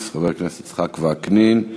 ראשון המציגים, חבר הכנסת נחמן שי, בבקשה.